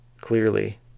clearly